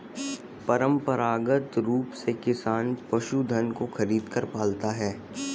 परंपरागत रूप से किसान पशुधन को खरीदकर पालता है